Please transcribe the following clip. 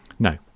No